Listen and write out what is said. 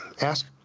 Ask